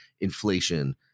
inflation